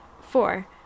four